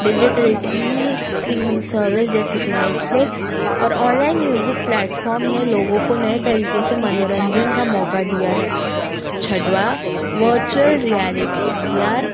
digital T V streaming service जैसे कि Netflix और ऑनलाइन म्यूज़िक प्लैटफौम ने लोगों को नए तरीके से मनोरंजन का मौका दिया है छठवा वर्चुअल रियलिटी वि आर